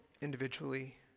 individually